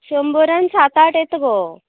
शंबरान सात आठ येता गो